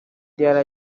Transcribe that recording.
diarra